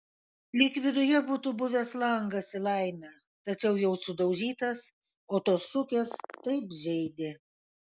lyg viduje būtų buvęs langas į laimę tačiau jau sudaužytas o tos šukės taip žeidė